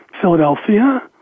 Philadelphia